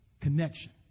connection